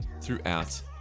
throughout